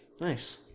Nice